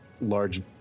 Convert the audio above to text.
large